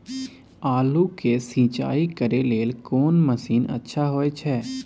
आलू के सिंचाई करे लेल कोन मसीन अच्छा होय छै?